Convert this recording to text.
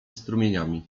strumieniami